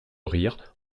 rire